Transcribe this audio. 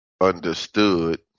understood